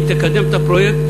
היא תקדם את הפרויקט.